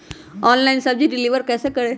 Online सब्जी deliver कैसे करें?